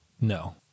No